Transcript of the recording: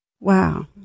Wow